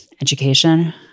education